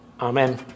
Amen